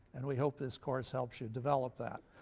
and we hope this course helps you develop that.